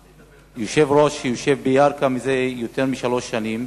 היושב-ראש יושב בירכא זה יותר משלוש שנים,